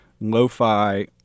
lo-fi